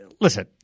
listen